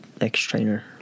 X-Trainer